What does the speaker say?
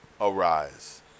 arise